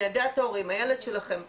ניידע את ההורים, הילד שלכם נפגע,